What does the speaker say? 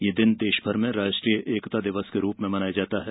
यह दिन देशभर में राष्ट्रीय एकता दिवस के रूप में मनाया जाता है